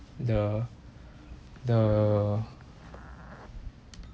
the the